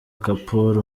kapoor